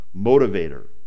motivator